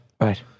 Right